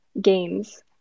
games